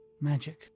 magic